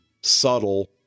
subtle